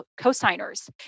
cosigners